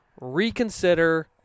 reconsider